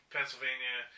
Pennsylvania